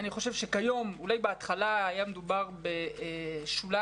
אולי בהתחלה היה מדובר בשוליים.